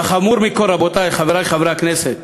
והחמור מכול, רבותי, חברי חברי הכנסת,